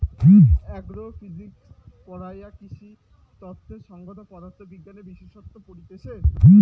agro physics পড়াইয়ারা কৃষিতত্ত্বের সংগত পদার্থ বিজ্ঞানের বিশেষসত্ত পড়তিছে